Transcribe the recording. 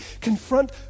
confront